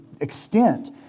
extent